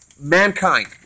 Mankind